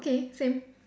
okay same